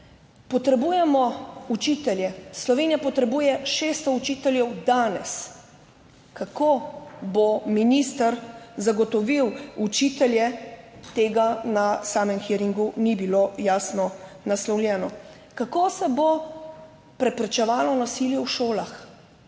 Potrebujemo učitelje, Slovenija potrebuje 600 učiteljev danes. Kako bo minister zagotovil učitelje, tega na samem hearingu ni bilo jasno naslovljeno. Kako se bo preprečevalo nasilje v šolah?